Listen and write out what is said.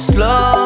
Slow